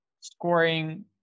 scoring